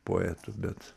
poetu bet